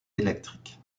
électriques